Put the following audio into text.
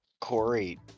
Corey